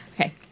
Okay